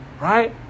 right